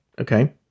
okay